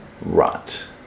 rot